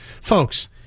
Folks